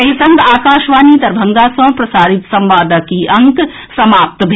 एहि संग आकाशवाणी दरभंगा सँ प्रसारित संवादक ई अंक समाप्त भेल